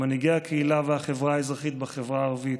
מנהיגי הקהילה והחברה האזרחית בחברה הערבית,